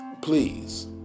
Please